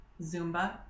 zumba